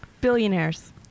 Billionaires